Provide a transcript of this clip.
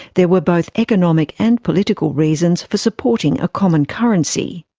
there were both economic and political reasons for supporting a common currency.